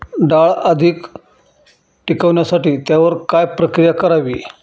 डाळ अधिक टिकवण्यासाठी त्यावर काय प्रक्रिया करावी?